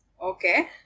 Okay